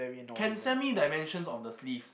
can send me dimensions of the sleeves